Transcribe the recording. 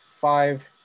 five